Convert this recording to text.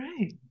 right